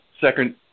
second